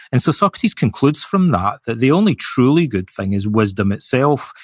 and so, socrates concludes from that that the only truly good thing is wisdom itself,